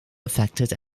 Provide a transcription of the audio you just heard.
affected